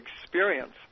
experience